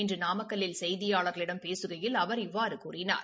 இன்று நாமக்கல்லில் செய்தியாளர்களிடம் பேசுகையில் அவர் இவ்வாறு கூறினார்